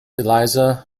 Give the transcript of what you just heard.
elisa